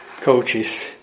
coaches